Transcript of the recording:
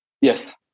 Yes